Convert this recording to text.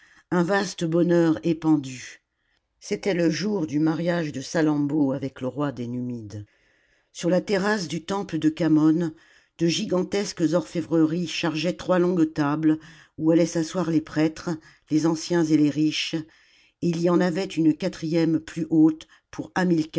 un vaste bonheur épandu c'était le jour du mariage de salammbô avec le roi des numides sur la terrasse du temple de khamon de gigantesques orfèvreries chargeaient trois longues tables où allaient s'asseoir les prêtres les anciens et les riches et il j en avait une quatrième plus haute pour